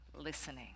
listening